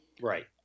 Right